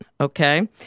Okay